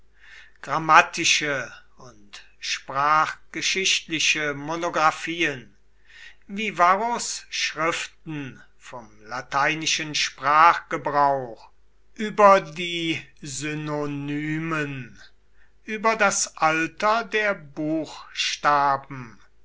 grammatische und sprachgeschichtliche monographien wie varros schriften vom lateinischen sprachgebrauch über die synonymen über das alter der buchstaben